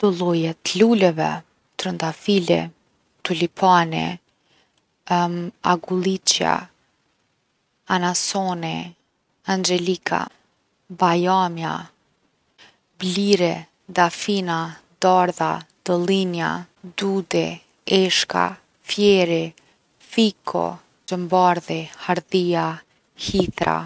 Do lloje t’luleve, trëndafili, tulipani agulliçja, anasoni, angjelika, bajamja, bliri, dafina, dardha, dëllinja, dudi, eshka, fieri, fiku, gjëmbardhi, hardhia, hithra.